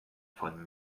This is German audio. von